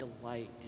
delight